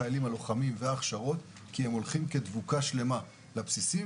החיילים הלוחמים וההכשרות כי הם הולכים כדבוקה שלמה לבסיסים.